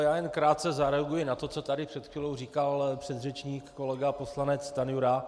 Já jen krátce zareaguji na to, co tady před chvílí říkal předřečník kolega poslanec Stanjura.